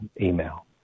email